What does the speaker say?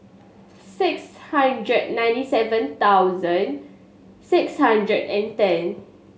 six hundred ninety seven thousand six hundred and ten